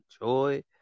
enjoy